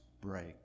break